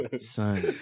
Son